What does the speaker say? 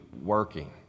working